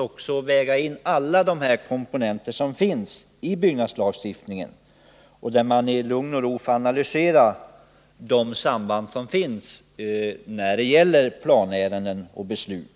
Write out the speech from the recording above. Man bör väga in alla de komponenter som finns i byggnadslagstiftningen på detta område och ges tillfälle att i lugn och ro analysera planärenden och planbeslut.